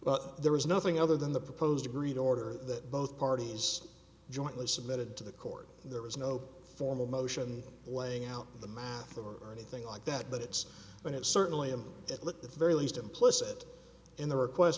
but there was nothing other than the proposed agreed order that both parties jointly submitted to the court there was no formal motion laying out the mine or anything like that but it's but it's certainly i'm at look at the very least implicit in the request